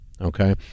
okay